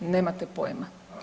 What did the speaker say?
Nemate pojma.